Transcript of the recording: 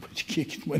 patikėkit man